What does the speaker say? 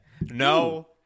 No